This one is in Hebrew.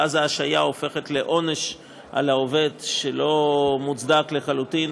ואז ההשעיה הופכת להיות לעונש על העובד שלא מוצדק לחלוטין,